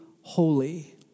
holy